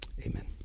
Amen